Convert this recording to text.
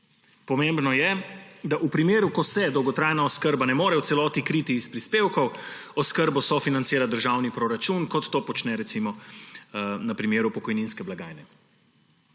Pomembno je, da v primeru, ko se dolgotrajna oskrba ne more v celoti kriti iz prispevkov, oskrbo sofinancira državni proračun, kot to počne, recimo, na primeru pokojninske blagajne.